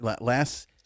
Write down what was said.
last